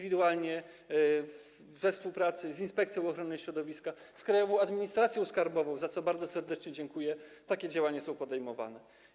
We współpracy z Inspekcją Ochrony Środowiska, z Krajową Administracją Skarbową, za co bardzo serdecznie dziękuję, takie działania są podejmowane.